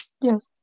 Yes